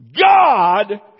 God